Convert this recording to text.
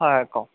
হয় কওক